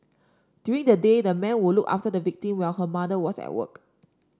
during the day the man would look after the victim while her mother was at work